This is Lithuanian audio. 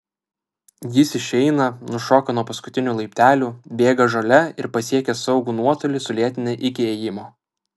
jis išeina nušoka nuo paskutinių laiptelių bėga žole ir pasiekęs saugų nuotolį sulėtina iki ėjimo